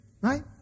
Right